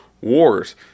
wars